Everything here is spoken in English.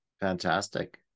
Fantastic